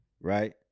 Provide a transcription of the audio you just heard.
right